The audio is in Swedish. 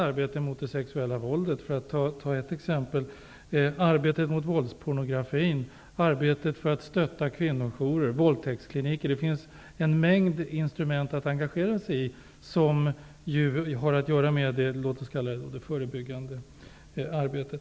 Jag kan såsom exempel nämna arbetet mot våldspornografin och arbetet för att stötta kvinnojourer och våldtäktskliniker. Det finns en mängd instrument att utnyttja, vilka har att göra med det förebyggande arbetet.